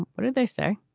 what did they say?